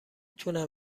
تونم